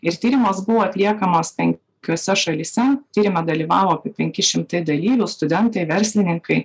ir tyrimas buvo atliekamas penkiose šalyse tyrime dalyvavo apie penki šimtai dalyvių studentai verslininkai